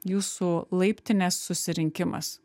jūsų laiptinės susirinkimas